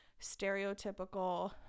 stereotypical